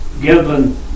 given